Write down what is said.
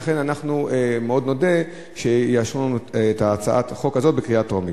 לכן מאוד נודה אם יאשרו לנו את הצעת החוק הזאת בקריאה טרומית.